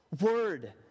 Word